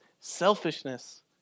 selfishness